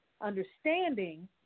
understanding